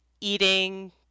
eating